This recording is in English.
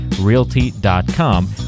realty.com